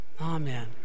Amen